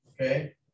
Okay